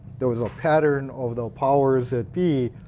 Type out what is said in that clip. there was a pattern of the powers that be,